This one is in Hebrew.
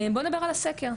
בוא נדבר על הסקר,